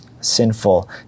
sinful